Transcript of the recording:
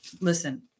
listen